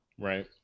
Right